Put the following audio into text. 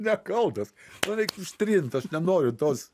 nekaltas man reik ištrint aš nenoriu tos